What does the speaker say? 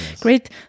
great